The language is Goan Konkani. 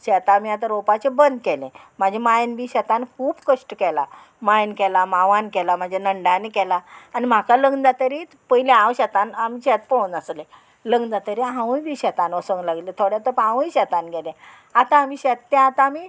शेतां आमी आतां रोवपाचें बंद केलें म्हाज्या मायन बी शेतान खूब कश्ट केलां मायन केलां मावान केलां म्हाज्या नंडानी केलां आनी म्हाका लग्न जातरीत पयलीं हांव शेतान आमी शेत पळोवंक नासलें लग्न जाता हांवूय बी शेतान वचोंक लागलें थोडें तो हांवूय शेतान गेलें आतां आमी शेत तें आतां आमी